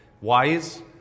wise